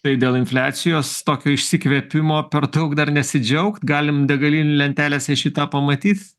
tai dėl infliacijos tokio išsikvėpimo per daug dar nesidžiaugt galim degalinių lentelėse šį tą pamatyt